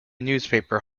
newspaper